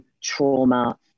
trauma